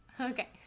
Okay